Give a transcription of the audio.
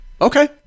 Okay